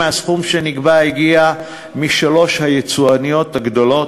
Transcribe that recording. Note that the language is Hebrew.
מהסכום שנגבה הגיעו משלוש היצואניות הגדולות: